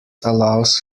allows